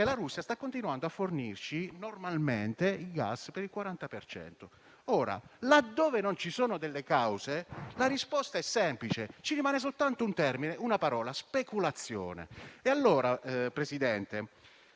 la Russia sta continuando a fornirci normalmente il gas per il 40 per cento. Ora, laddove non ci sono delle cause, la risposta è semplice. Ci rimane soltanto una parola: speculazione. Signor Presidente,